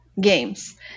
games